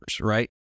right